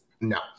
No